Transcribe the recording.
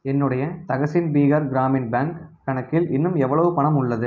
என்னுடைய தக்ஷின் பீகார் கிராமின் பேங்க் கணக்கில் இன்னும் எவ்வளவு பணம் உள்ளது